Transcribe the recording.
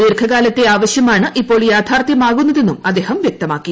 ദീർഘകാലത്തെ ആവശ്യമാണ് ഇപ്പോൾ യാഥാർത്ഥ്യമാകുന്നതെന്നും അദ്ദേഹം വൃക്തമാക്കി